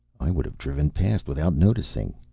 i would have driven past without noticing.